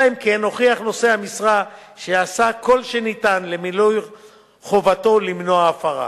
אלא אם כן הוכיח נושא המשרה שעשה כל שניתן למילוי חובתו למנוע ההפרה.